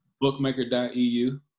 Bookmaker.eu